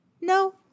No